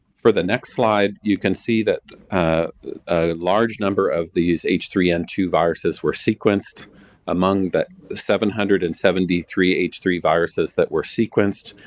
for the next slide, you can see that a large number of these h three n two viruses were sequenced among the seven hundred and seventy three h three viruses that were sequenced,